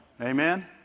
Amen